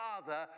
Father